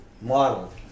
model